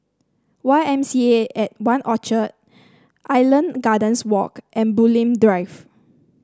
Y M C A At One Orchard Island Gardens Walk and Bulim Drive